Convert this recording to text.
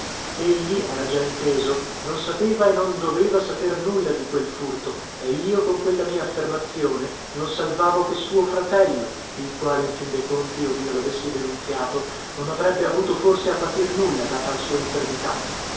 egli era già inteso non sapeva e non doveva saper nulla di quel furto e io con quella mia affermazione non salvavo che suo fratello il quale in fin de conti ovio lavessi denunziato non avrebbe avuto forse a patir nulla data la sua infermità